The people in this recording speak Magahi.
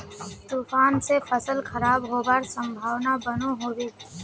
तूफान से फसल खराब होबार संभावना बनो होबे?